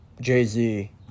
Jay-Z